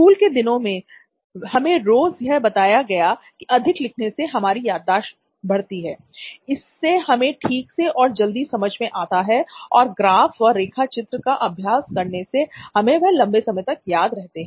school के दिनों में हमें रोज यह बताया गया की अधिक लिखने से हमारी याददाश्त पड़ती है इससे हमें ठीक से और जल्दी समझ में आता है और ग्राफ व रेखा चित्र का अभ्यास करने से हमें वह लंबे समय तक याद रहते हैं